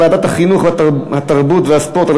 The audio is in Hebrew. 21, אין מתנגדים ואין נמנעים.